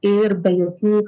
ir be jokių